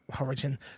origin